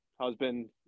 husband